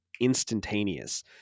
instantaneous